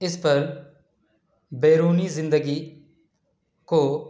اس پر بیرونی زندگی کو